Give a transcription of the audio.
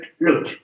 look